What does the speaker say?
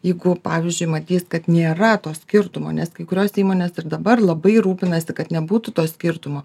jeigu pavyzdžiui matys kad nėra to skirtumo nes kai kurios įmonės ir dabar labai rūpinasi kad nebūtų to skirtumo